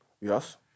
Yes